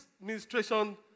administration